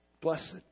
Blessed